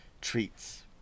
treats